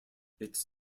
its